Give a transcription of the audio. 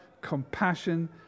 compassion